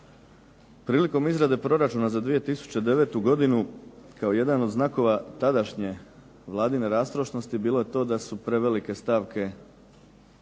prilikom izrade proračuna za 2009. godinu kao jedan od znakova tadašnje vladine rastrošnosti bilo je to da su prevelike stavke.